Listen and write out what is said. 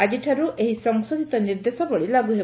ଆଜିଠାରୁ ଏହି ସଂଶୋଧିତ ନିର୍ଦ୍ଦେଶାବଳୀ ଲାଗୁ ହେବ